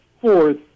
fourth